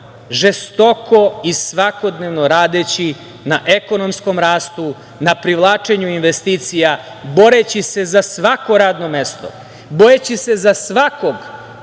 žestoko i svakodnevno radeći na ekonomskom rastu, na privlačenju investicija, boreći se za svako radno mesto, boreći se za svakog